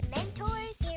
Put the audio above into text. Mentors